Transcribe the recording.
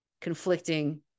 conflicting